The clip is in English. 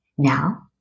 Now